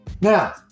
Now